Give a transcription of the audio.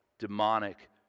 demonic